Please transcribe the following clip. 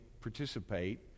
participate